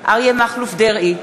אריה מכלוף דרעי,